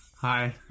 hi